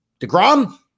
DeGrom